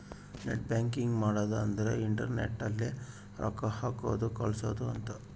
net banking ಮಾಡದ ಅಂದ್ರೆ internet ಅಲ್ಲೆ ರೊಕ್ಕ ಹಾಕೋದು ಕಳ್ಸೋದು ಅಂತ